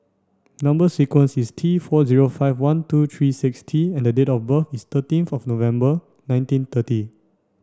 number sequence is T four zero five one two three six T and the date of birth is thirteenth of November nineteen thirty